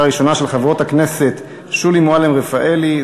של חברות הכנסת שולי מועלם-רפאלי,